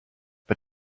but